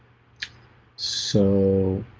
so